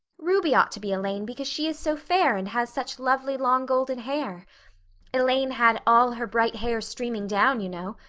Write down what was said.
ruby ought to be elaine because she is so fair and has such lovely long golden hair elaine had all her bright hair streaming down you know.